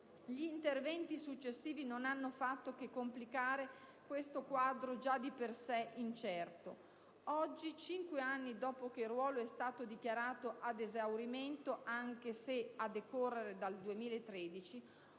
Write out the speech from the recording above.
Gli interventi successivi non hanno fatto che complicare questo quadro, già di per sé incerto. Oggi, cinque anni dopo che il ruolo è stato dichiarato ad esaurimento, anche se a decorrere dal 2013,